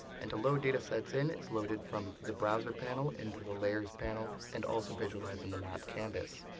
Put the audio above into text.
and to load datasets in, it's loaded from the browser panel, in to the layers panel, and also visualized in the map canvas.